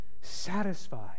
satisfied